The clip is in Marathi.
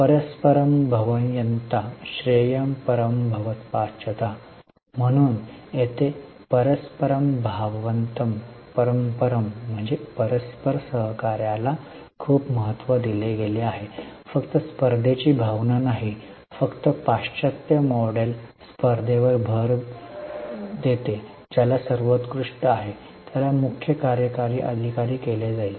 परसपरम् भवयंताः श्रेयः परम भवपायथः म्हणून येथे परस्परम् भाववंत परपरम म्हणजे परस्पर सहकार्याला खूप महत्त्व दिले गेले आहे फक्त स्पर्धेची भावना नाही फक्त पाश्चात्य मॉडेल स्पर्धेवर भर देते ज्याला सर्वोत्कृष्ट आहे त्याला मुख्य कार्यकारी अधिकारी केले जाईल